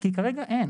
כי כרגע אין.